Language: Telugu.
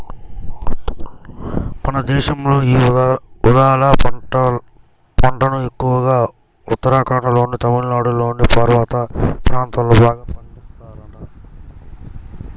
మన దేశంలో యీ ఊదల పంటను ఎక్కువగా ఉత్తరాఖండ్లోనూ, తమిళనాడులోని పర్వత ప్రాంతాల్లో బాగా పండిత్తన్నారంట